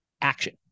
action